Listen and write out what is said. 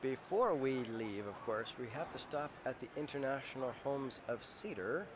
before we leave of course we have to stop at the international homes of cedar